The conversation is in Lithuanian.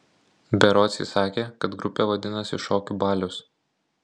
berods ji sakė kad grupė vadinasi šokių balius